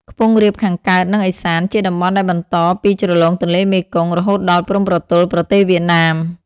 ខ្ពង់រាបខាងកើត និង ឦសាន ជាតំបន់ដែលបន្តពីជ្រលងទន្លេមេគង្គ រហូតដល់ព្រំប្រទល់ប្រទេសវៀតណាម ។